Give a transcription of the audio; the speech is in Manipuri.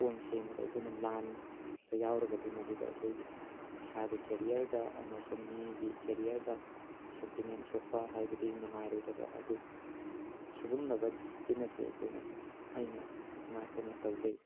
ꯄꯣꯏꯟꯠ ꯁꯦꯝꯕꯗ ꯑꯩꯈꯣꯏꯅ ꯂꯥꯟꯕ ꯌꯥꯎꯔꯒꯗꯤ ꯃꯗꯨꯗ ꯑꯩꯈꯣꯏꯒꯤ ꯏꯁꯥꯒꯤ ꯀꯦꯔꯤꯌꯔꯗ ꯑꯃꯁꯨꯡ ꯃꯤꯒꯤ ꯀꯦꯔꯤꯌꯔꯗ ꯁꯦꯟꯇꯤꯃꯦꯟ ꯁꯣꯛꯄ ꯍꯥꯏꯕꯗꯤ ꯅꯨꯡꯉꯥꯏꯔꯣꯏꯗꯕ ꯑꯗꯨ ꯁꯤꯒꯨꯝꯂꯕ ꯗꯤꯁꯤꯄ꯭ꯂꯤꯟ ꯑꯁꯦ ꯑꯩꯈꯣꯏꯅ ꯑꯩꯅ ꯉꯥꯛꯇꯨꯅ ꯇꯧꯖꯩ